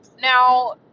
now